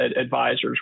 advisors